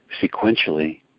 sequentially